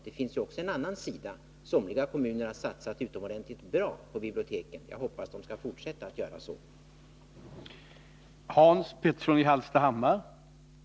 Det finns också en annan sida: somliga kommuner har satsat utomordentligt bra på biblioteken, och jag hoppas att de skall fortsätta att göra det. att trygga författarnas ekonomiska villkor